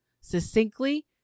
succinctly